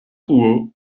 truo